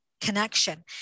connection